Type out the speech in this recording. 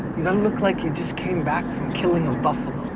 you know look like you just came back from killing a buffalo.